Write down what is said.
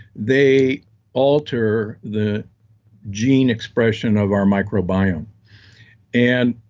they alter the gene expression of our micro biome. and